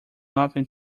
nothing